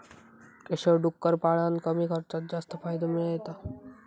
केशव डुक्कर पाळान कमी खर्चात जास्त फायदो मिळयता